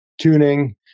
tuning